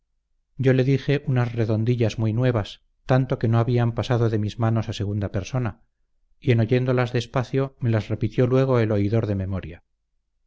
yo le dije unas redondillas muy nuevas tanto que no habían pasado de mis manos a segunda persona y en oyéndolas despacio me las repitió luego el oidor de memoria